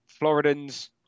Floridans